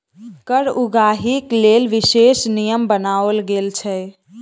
कर उगाहीक लेल विशेष नियम बनाओल गेल छै